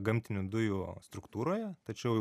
gamtinių dujų struktūroje tačiau